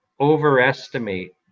overestimate